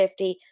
50